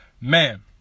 Man